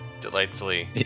delightfully